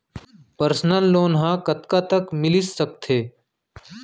Personal loan ह कतका तक मिलिस सकथे?